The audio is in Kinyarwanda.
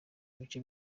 ibice